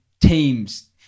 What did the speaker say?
teams